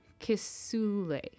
Kisule